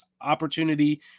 opportunity